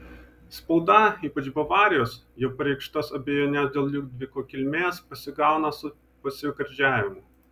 spauda ypač bavarijos jo pareikštas abejones dėl liudviko kilmės pasigauna su pasigardžiavimu